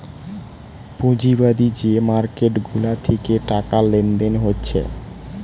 পুঁজিবাদী যে মার্কেট গুলা থিকে টাকা লেনদেন হচ্ছে